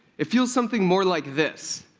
it feels something more like this.